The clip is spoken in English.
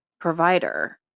provider